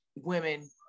women